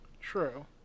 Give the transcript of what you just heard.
True